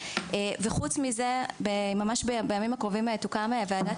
וחוץ מזה ממש בימים הקרובים תוקם ועדת